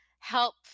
help